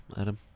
Adam